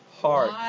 hard